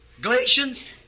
Galatians